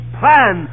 plan